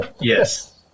Yes